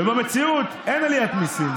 ובמציאות אין עליית מיסים.